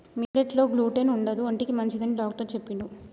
millet లో gluten ఉండదు ఒంటికి మంచిదని డాక్టర్ చెప్పిండు